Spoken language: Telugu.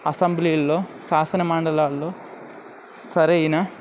అసెంబ్లీల్లో శాసన మండలాల్లో సరైన